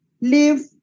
live